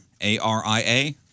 A-R-I-A